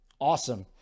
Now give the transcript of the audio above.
Awesome